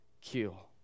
kill